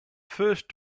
first